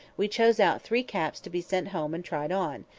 we chose out three caps to be sent home and tried on,